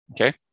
Okay